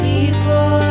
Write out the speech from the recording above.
People